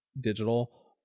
digital